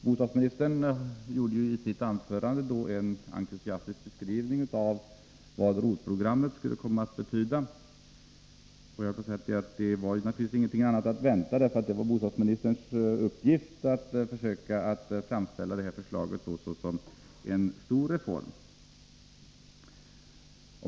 Bostadsministern gav i sitt anförande en entusiastisk beskrivning av vad ROT-programmet skulle komma att betyda, och det var ingenting annat att vänta, eftersom bostadsministerns uppgift är att försöka framställa förslaget som en stor reform.